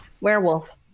Werewolf